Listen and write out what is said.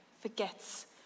forgets